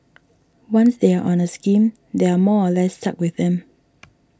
once they are on a scheme they are more or less stuck with them